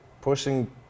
pushing